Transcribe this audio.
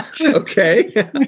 Okay